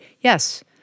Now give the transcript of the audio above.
Yes